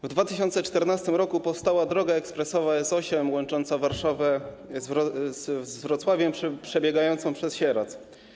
W 2014 r. powstała droga ekspresowa S8 łącząca Warszawę z Wrocławiem, przebiegająca przez Sieradz.